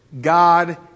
God